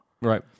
Right